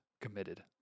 committed